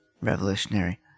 Revolutionary